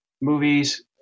movies